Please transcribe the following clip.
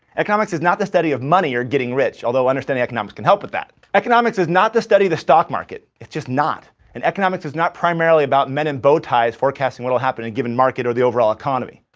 economics is not the study of money or getting rich, although understanding economics can help with that. economics is not the study of the stock market. it's just not. and economics is not primarily about men in bow-ties forecasting what will happen in a given market or the overall economy.